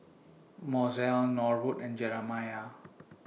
Mozell Norwood and Jeremiah